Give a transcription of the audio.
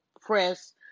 press